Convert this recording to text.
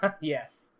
Yes